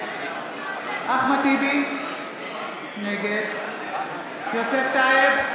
נגד אחמד טיבי, נגד יוסף טייב,